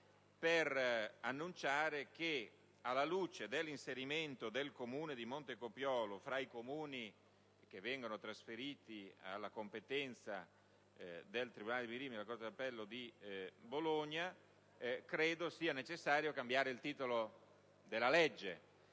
per annunciare che, alla luce dell'inserimento del Comune di Montecopiolo fra i Comuni che vengono trasferiti alla competenza del tribunale di Rimini e della corte d'appello di Bologna, credo sia necessario cambiare il titolo della legge,